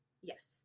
Yes